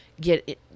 get